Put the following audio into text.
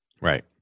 right